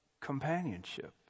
companionship